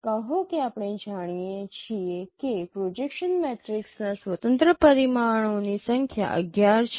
કહો કે આપણે જાણીએ છીએ કે પ્રોજેક્શન મેટ્રિક્સના સ્વતંત્ર પરિમાણોની સંખ્યા 11 છે